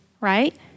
right